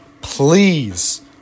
please